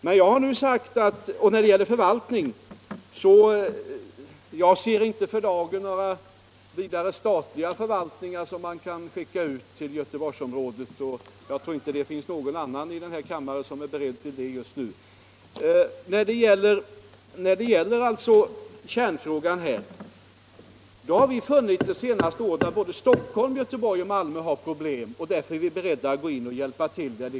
På herr Molins direkta fråga vill jag svara, att jag för dagen inte ser någon möjlighet att lokalisera några statliga förvaltningar till Göteborgs området, och jag tror inte det finns någon annan i den här kammaren = Nr 69 som är beredd till det just nu. Torsdagen den När det gäller kärnfrågan har vi alltså det senaste året funnit att Stock 19 februari 1976 holm, Göteborg och Malmö har problem, och därför är vi beredda att